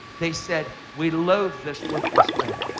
they said we loath this worthless bread.